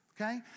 okay